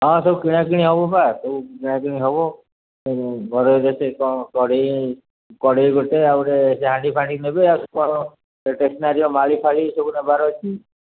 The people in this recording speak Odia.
ହଁ ସବୁ କିଣାକିଣି ହବପା ସବୁ କିଣାକିଣି ହବ ଘରେ କ'ଣ କଢ଼େଇ କଢ଼େଇ ଗୋଟେ ଆଉ ଗୋଟେ ସେ ହାଣ୍ଡି ଫାଣ୍ଡି ନେବେ ଆଉ କ'ଣ ଷ୍ଟେସନାରୀର ମାଳି ଫାଳି ସବୁ ନେବାର ଅଛି